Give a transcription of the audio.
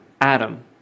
Adam